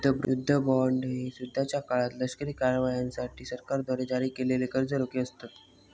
युद्ध बॉण्ड हे युद्धाच्या काळात लष्करी कारवायांसाठी सरकारद्वारे जारी केलेले कर्ज रोखे असतत